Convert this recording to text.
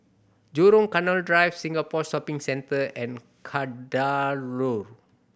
Jurong Canal Drive Singapore Shopping Centre and Kadaloor